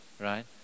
right